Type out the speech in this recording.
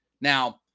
Now